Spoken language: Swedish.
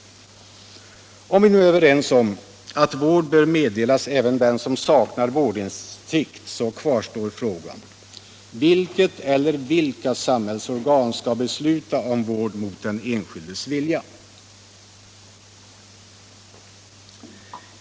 Om vi nu är överens om att vård bör meddelas även den som saknar vårdinsikt så kvarstår frågan: Vilket eller vilka samhällsorgan skall besluta om vård mot den enskildes vilja?